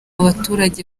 abaturage